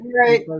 right